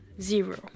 zero